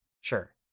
sure